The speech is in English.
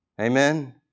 Amen